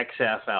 xfl